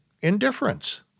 indifference